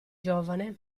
giovane